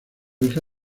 hija